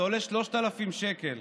זה עולה 3,000 שקל.